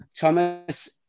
Thomas